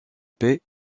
paix